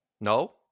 No